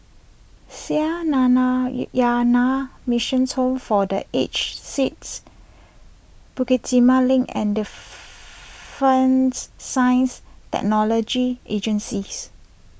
Sree Nana Yana Missions Home for the Aged Sicks Bukit Timah Link and Defence Science Technology Agencies